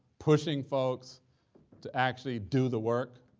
pushing folks to actually do the work,